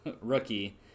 rookie